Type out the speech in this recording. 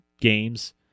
games